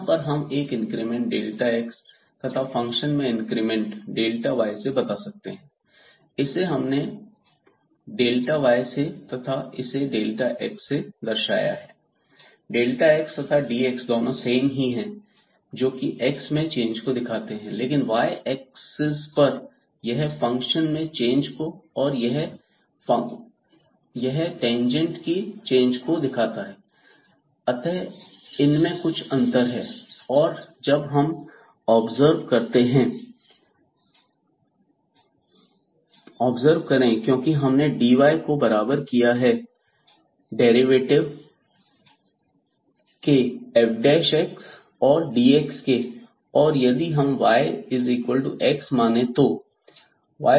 यहां पर हम एक इंक्रीमेंट x तथा फंक्शन में इंक्रीमेंट y से बता सकते हैं इसे हमने कैपy से तथा इसे x से दर्शाया है x तथा dx दोनों सेम ही हैं जोकि x में चेंज को दर्शाते हैं लेकिन y axis पर यह फंक्शन में चेंज को और यह फंक्शन की टेंजेंट में चेंज को दिखाता है अतः इनमें कुछ अंतर है और जब हम ऑब्जर्व करें क्योंकि हमने dy को बराबर किया है डेरिवेटिव के f और dx के और यदि हम y x माने तो